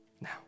now